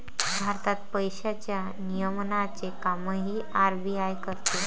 भारतात पैशांच्या नियमनाचे कामही आर.बी.आय करते